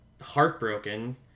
heartbroken